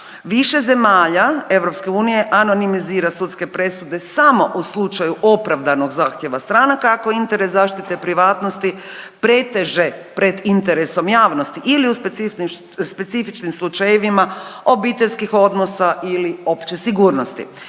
Više zemalja EU anonimizira sudske presude samo u slučaju opravdanog zahtjeva stranaka, ako interes zaštite privatnosti preteže pred interesom javnosti ili u specifičnim slučajevima obiteljskih odnosa ili opće sigurnosti.